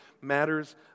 matters